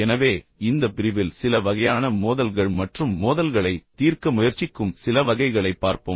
எனவே இந்த பிரிவில் சில வகையான மோதல்கள் மற்றும் மோதல்களைத் தீர்க்க முயற்சிக்கும் சில வகைகளைப் பார்ப்போம்